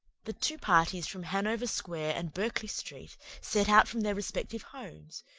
the two parties from hanover square and berkeley street set out from their respective homes,